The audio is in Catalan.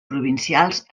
provincials